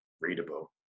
readable